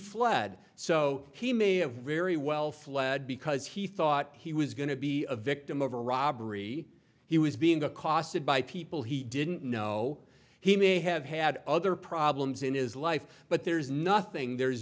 fled so he may have very well fled because he thought he was going to be a victim of a robbery he was being accosted by people he didn't know he may have had other problems in his life but there's nothing there's